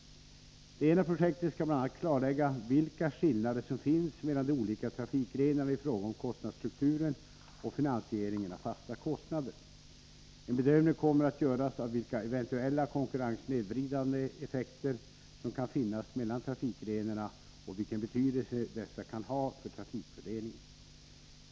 Det ena projektet skall bl.a. klarlägga vilka skillnader som finns mellan de olika trafikgrenarna i fråga om kostnadsstrukturen och finansieringen av fasta kostnader. En bedömning kommer att göras av vilka eventuella konkurrenssnedvridande effekter som kan finnas mellan trafikgrenarna och vilken betydelse dessa kan ha för trafikfördelningen.